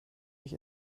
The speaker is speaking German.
mich